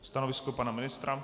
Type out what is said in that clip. Stanoviska pana ministra?